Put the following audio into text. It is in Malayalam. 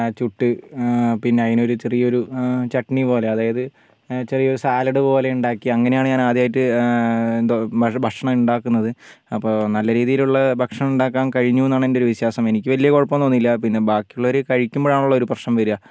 ചുട്ട് പിന്നതിനൊരു ചെറിയൊരു ചട്ണി പോലെ അതായത് ചെറിയൊരു സാലഡ് പോലെ ഉണ്ടാക്കി അങ്ങനെയാണ് ഞാൻ ആദ്യമായിട്ട് എന്തോ ഭക്ഷണം ഉണ്ടാക്കുന്നത് അപ്പോൾ നല്ലരീതിയിലുള്ള ഭക്ഷണം ഉണ്ടാക്കാൻ കഴിഞ്ഞുന്നാണ് എന്റെ ഒരു വിശ്വാസം എനിക്ക് വലിയ കുഴപ്പം തോന്നീല്ല പിന്നെ ബാക്കിയുള്ളവർ കഴിക്കുമ്പോഴാണല്ലോ ഒരു പ്രശ്നം വരുന്നത്